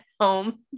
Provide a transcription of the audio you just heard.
home